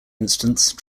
instance